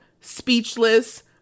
speechless